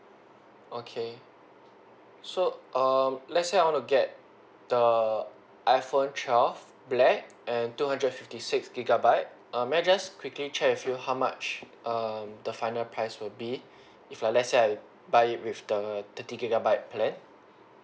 okay so um let's say I want to get the iPhone twelve black and two hundred fifty six gigabyte err may I just quickly check with you how much um the final price would be if like let's say I buy it with the thirty gigabyte plan